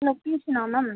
லொக்கேஷனா ma'am